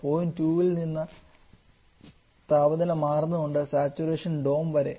point 2 ൽ നിന്ന് താപനില മാറുന്നതുകൊണ്ട് സാച്ചുറേഷൻ ഡോം വരെ